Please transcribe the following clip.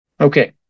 Okay